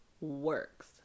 works